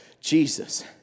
Jesus